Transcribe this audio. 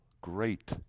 great